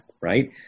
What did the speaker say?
right